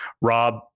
Rob